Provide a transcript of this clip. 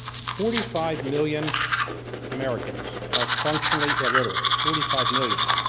forty five million americans are functionally illiterate, forty five million.